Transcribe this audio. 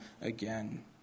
again